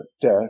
death